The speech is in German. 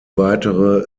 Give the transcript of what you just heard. weitere